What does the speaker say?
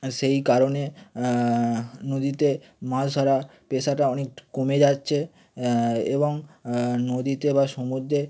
আর সেই কারণে নদীতে মাছ ধরা পেশাটা অনেকটা কমে যাচ্ছে এবং নদীতে বা সমুদ্রে